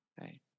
right